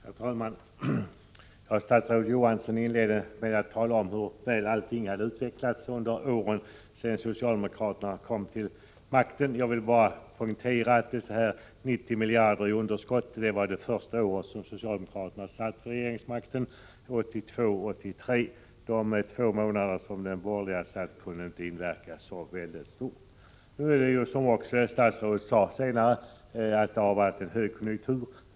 Herr talman! Statsrådet Johansson inledde med att tala om hur väl allting hade utvecklats sedan socialdemokraterna kom till makten. Jag vill bara poängtera att underskottet var 90 miljarder det första året som socialdemokraterna satt i regeringsställning, 1982/83. De två månader som de borgerliga hade makten kunde väl inte inverka så mycket. Som också statsrådet sade, har det varit högkonjunktur.